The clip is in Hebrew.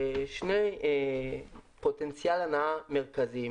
אנחנו זיהינו שני פוטנציאלי הנעה מרכזיים.